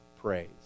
praise